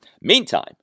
Meantime